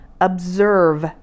Observe